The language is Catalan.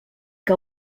que